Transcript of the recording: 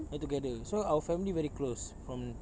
we're together so our family very close from